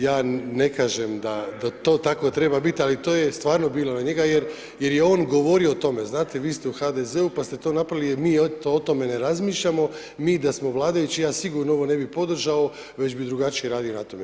Ja ne kažem da to tako treba biti, ali to je stvarno bilo na njega jer je on govorio o tome, znate vi ste u HDZ-u pa ste to napravili jer mi o tome ne razmišljamo, mi da smo vladajući, ja sigurno ovo ne bi podržao, već bi drugačije radio na tome.